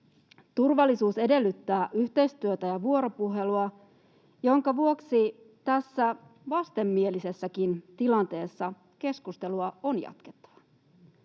Turvallisuus edellyttää yhteistyötä ja vuoropuhelua, jonka vuoksi tässä vastenmielisessäkin tilanteessa keskustelua on jatkettava.